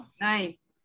Nice